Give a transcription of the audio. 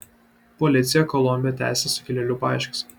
policija kolombe tęsia sukilėlių paieškas